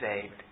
saved